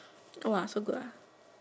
!wah! so good ah